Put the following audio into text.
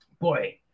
boy